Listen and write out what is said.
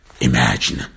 Imagine